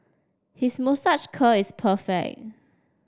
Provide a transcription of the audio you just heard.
his moustache curl is perfect